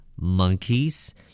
Monkeys